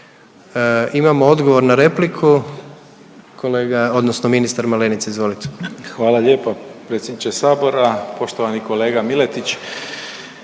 Imamo odgovor na repliku kolega, odnosno ministar Malenica. Izvolite. **Malenica, Ivan (HDZ)** Hvala lijepa predsjedniče Sabora, poštovani kolega Miletić.